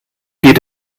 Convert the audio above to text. geht